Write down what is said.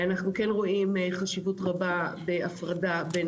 אנחנו רואים חשיבות רבה בהפרדה בין